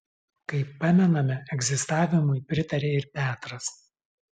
kaip pamename egzistavimui pritarė ir petras